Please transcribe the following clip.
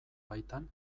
baitan